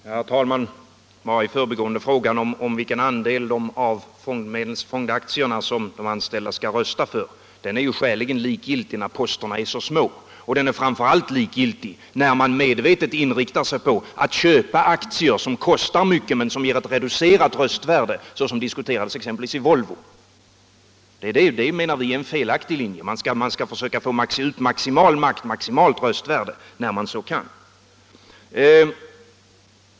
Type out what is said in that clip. Herr talman! I förbigående vill jag säga att frågan om vilken andel av fondaktierna som de anställda skall rösta för är skäligen likgiltig när posterna är så små. Den är framför allt likgiltig när man medvetet inriktar sig på att köpa aktier som kostar mycket men som ger ett reducerat röstvärde — såsom diskuterades exempelvis i Volvo. Det är, menar vi, en felaktig linje. Man skall försöka få ut maximalt röstvärde när man så kan.